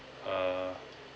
uh